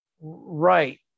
Right